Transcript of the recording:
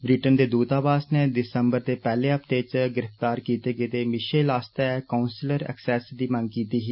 Britain दे दूतावास न दिसम्बर दे पैहले हफ्ते च गिरफतार कीते गेदे मिषेल आस्तै काऊंसलर ऐक्सेस दी मंग कीती ही